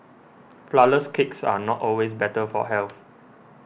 Flourless Cakes are not always better for health